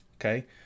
okay